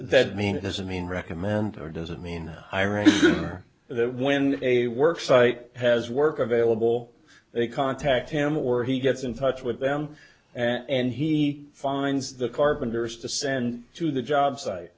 that mean it doesn't mean recommand or doesn't mean irony that when a work site has work available they contact him or he gets in touch with them and he finds the carpenters to send to the job site